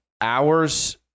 hours